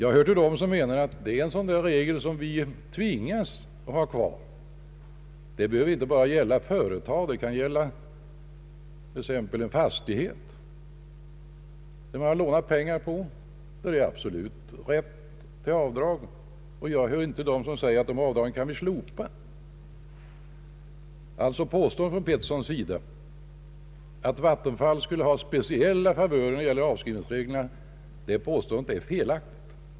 Jag hör till dem som menar att vi är tvungna att behålla denna regel. Den gäller inte bara gäldräntor för företag utan också räntor vid belåning av fastigheter. Jag hör inte till dem som anser att avdrag för räntor bör slopas. Herr Petterssons påstående att vattenfallsverket skulle ha speciella favörer på grund av avskrivningsreglerna är felaktigt.